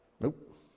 Nope